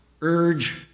urge